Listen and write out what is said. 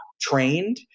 trained